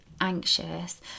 anxious